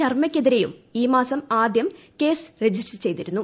ശർമ്മയ്ക്കെതിരെയും ഈ മാസം ആദ്യം കേസ് രജിസ്റ്റർ ചെയ്തിരുന്നു